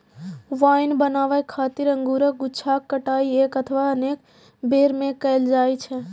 wine बनाबै खातिर अंगूरक गुच्छाक कटाइ एक अथवा अनेक बेर मे कैल जाइ छै